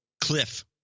Cliff